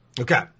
Okay